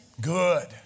Good